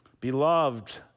Beloved